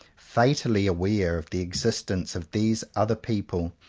fatally aware of the existence of these other people,